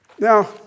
Now